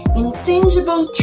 intangible